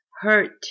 hurt